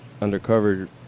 undercover